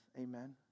Amen